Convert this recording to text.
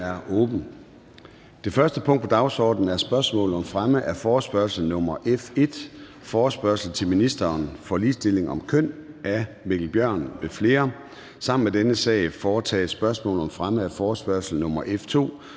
Det første punkt på dagsordenen er: 1) Spørgsmål om fremme af forespørgsel nr. F 1: Forespørgsel til ministeren for ligestilling om køn. Af Mikkel Bjørn (DF) m.fl. (Anmeldelse 04.10.2023). Sammen med dette punkt foretages: 2) Spørgsmål om fremme af forespørgsel nr.